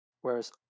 Whereas